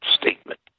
statement